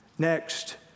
Next